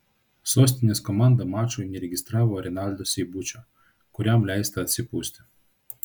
sostinės komanda mačui neregistravo renaldo seibučio kuriam leista atsipūsti